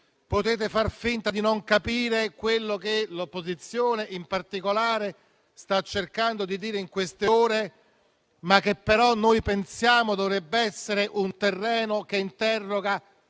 potete far finta di non capire quello che l'opposizione in particolare sta cercando di dire in queste ore, ma che pensiamo dovrebbe essere un terreno che interroga